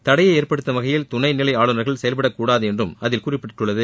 தடையை ஏற்படுத்தும் வகையில் துணைநிலை ஆளுநர் செயல்பட கூடாது என்றும் அதில் குறிப்பிடப்பட்டுள்ளது